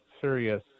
serious